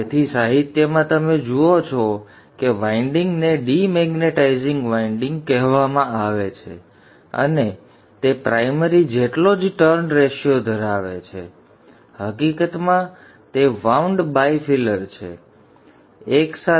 તેથી સાહિત્યમાં તમે જુઓ છો કે વાઇન્ડિંગને ડિ મેગ્નેટાઇઝિંગ વાઇન્ડિંગ કહેવામાં આવે છે અને તે પ્રાઇમરી જેટલો જ ટર્ન રેશિયો ધરાવે છે અને હકીકતમાં તે વાઉંડ બાયફિલર છે સંદર્ભ આપો સમય 0250 એક સાથે